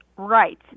Right